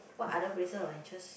what other places of interest